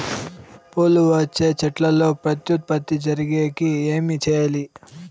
పూలు వచ్చే చెట్లల్లో ప్రత్యుత్పత్తి జరిగేకి ఏమి చేయాలి?